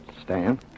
Stan